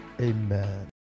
Amen